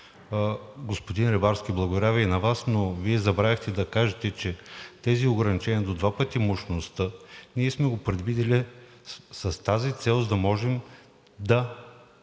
Господин Рибарски, благодаря Ви и на Вас, но Вие забравихте да кажете, че тези ограничения – до два пъти мощността, ние сме ги предвидили с тази цел, за да може да